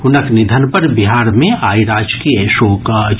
हुनक निधन पर बिहार मे आइ राजकीय शोक अछि